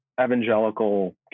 evangelical